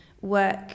work